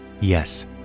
Yes